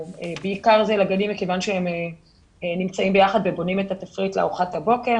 ובעיקר זה לגנים כי הם נמצאים ביחד ובונים את התפריט לארוחת הבוקר.